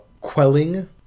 quelling